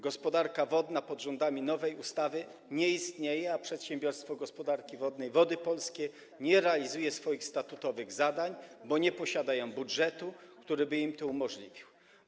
Gospodarka wodna pod rządami nowej ustawy nie istnieje, a przedsiębiorstwo gospodarki wodnej Wody Polskie nie realizuje swoich statutowych zadań, bo nie posiada budżetu, który by mu to umożliwiło.